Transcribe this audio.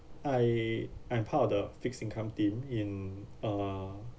I am part of the fixed income team in uh